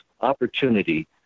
opportunity